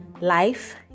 Life